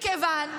מכיוון,